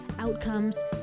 outcomes